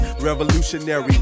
Revolutionary